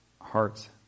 hearts